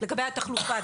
לגבי התחלופה,